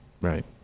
right